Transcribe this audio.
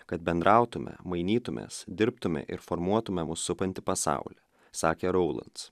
kad bendrautume mainytumės dirbtume ir formuotume mus supantį pasaulį sakė raulats